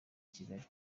kigali